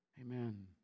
Amen